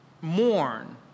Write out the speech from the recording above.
mourn